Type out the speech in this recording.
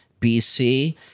BC